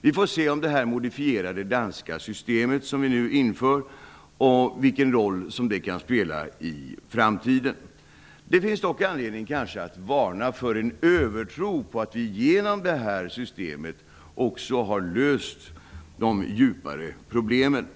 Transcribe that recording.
Vi får se vilken roll det modifierade danska systemet som skall införas kommer att spela i framtiden. Det finns dock anledning att varna för en övertro att vi med hjälp av detta system också har löst de djupare problemen.